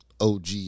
OG